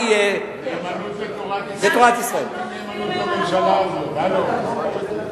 נאמנות לתורת ישראל זה לא נאמנות לממשלה הזאת.